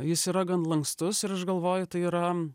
jis yra gan lankstus ir aš galvoju tai yra